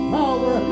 power